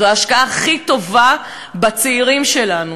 זו ההשקעה הכי טובה בצעירים שלנו.